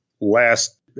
Last